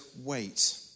wait